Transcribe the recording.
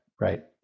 right